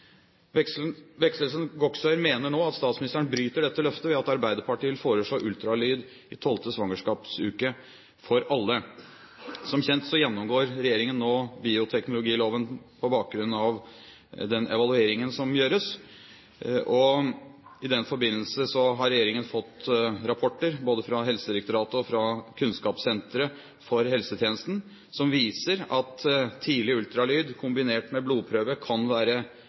mener nå at statsministeren bryter dette løftet ved at Arbeiderpartiet vil foreslå ultralyd i 12. svangerskapsuke for alle. Som kjent gjennomgår regjeringen nå bioteknologiloven på bakgrunn av den evalueringen som gjøres. I den forbindelse har regjeringen fått rapporter, både fra Helsedirektoratet og fra Kunnskapssenteret for helsetjenesten, som viser at tidlig ultralyd kombinert med blodprøve kan være